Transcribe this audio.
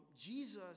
Jesus